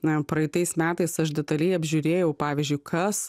na jam praeitais metais aš detaliai apžiūrėjau pavyzdžiui kas